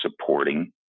supporting